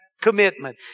commitment